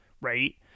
right